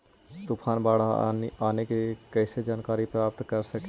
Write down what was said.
तूफान, बाढ़ आने की कैसे जानकारी प्राप्त कर सकेली?